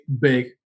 big